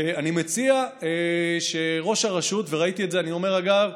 ואני מציע שראש הרשות, וראיתי את זה, אגב,